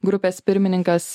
grupės pirmininkas